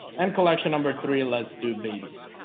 and collection number three, let's do babies